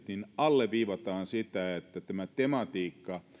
alleviivataan sitä että tämän tematiikka ja